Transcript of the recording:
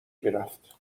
میرفت